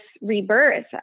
rebirth